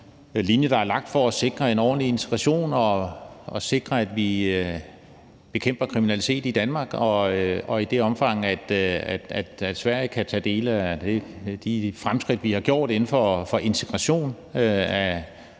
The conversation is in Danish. linje, der er lagt for at sikre en ordentlig integration og sikre, at vi bekæmper kriminalitet i Danmark, og i det omfang, Sverige kan tage del i de fremskridt, vi har gjort inden for integration af